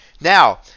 now